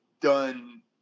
done